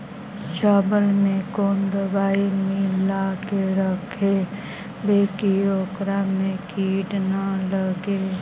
चावल में कोन दबाइ मिला के रखबै कि ओकरा में किड़ी ल लगे?